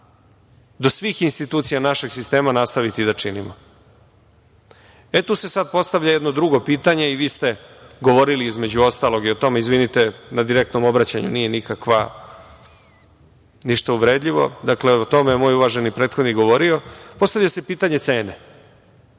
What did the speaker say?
do svih institucija našeg sistema nastaviti da činimo. Tu se sada postavlja jedno drugo pitanje, i vi ste govorili, između ostalog o tome, izvinite na direktnom obraćanju, nije ništa uvredljivo, o tome je moj uvaženi prethodnih govorio, postavlja se pitanje cene.